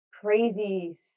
crazy